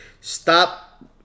stop